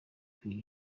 kwi